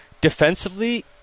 defensively